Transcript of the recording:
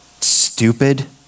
Stupid